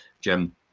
Jim